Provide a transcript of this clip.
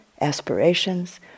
aspirations